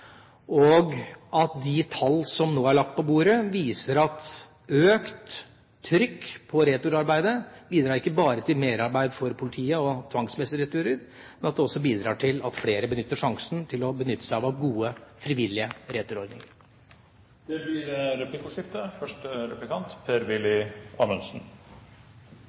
og at de tall som nå er lagt på bordet, viser at økt trykk på returarbeidet ikke bare bidrar til merarbeid for politiet og tvangsmessige returer, men også til at flere benytter seg av gode, frivillige returordninger. Det blir replikkordskifte.